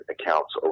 accounts